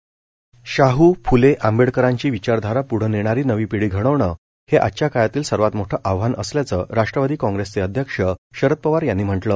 शरद पवार वाढदिवस शाह फ्ले आंबेडकरांची विचारधारा प्रढं नेणारी नवी पिढी घडवणे हे आजच्या काळातील सर्वात मोठं आव्हान असल्याचं राष्ट्रवादी काँग्रेसचे अध्यक्ष शरद पवार यांनी म्हटलं